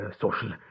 social